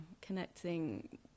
connecting